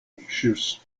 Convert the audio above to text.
issues